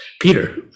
Peter